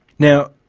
now,